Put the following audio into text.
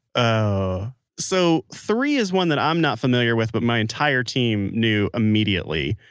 ah so, three is one that i'm not familiar with, but my entire team knew immediately.